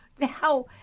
Now